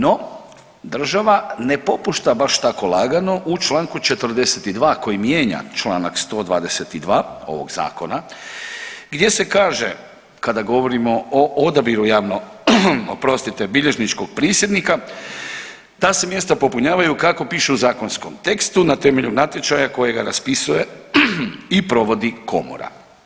No država ne popušta baš tako lagano u čl. 42. koji mijenja čl. 122. ovog zakona gdje se kaže kada govorimo o odabiru javnobilježničkog prisjednika ta se mjesta popunjavaju kako piše u zakonskom tekstu na temelju natječaja kojega raspisuje i provodi komora.